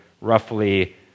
roughly